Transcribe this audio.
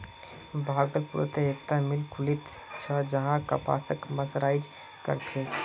भागलपुरत एकता मिल खुलील छ जहां कपासक मर्सराइज कर छेक